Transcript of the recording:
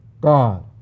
God